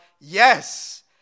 yes